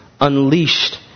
unleashed